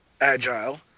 agile